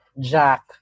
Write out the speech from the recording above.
Jack